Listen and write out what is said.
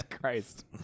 Christ